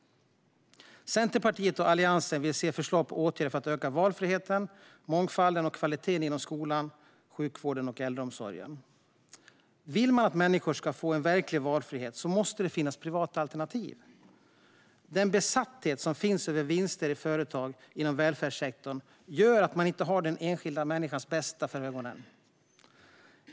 Centerpartiet och Alliansen vill se förslag på åtgärder för att öka valfriheten, mångfalden och kvaliteten inom skolan, sjukvården och äldreomsorgen. Vill man att människor ska få en verklig valfrihet måste det finnas privata alternativ. Den besatthet som finns över vinster i företag inom välfärdssektorn gör att man inte har den enskilda människans bästa för ögonen.